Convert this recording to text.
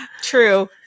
true